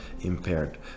impaired